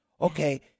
okay